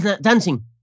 dancing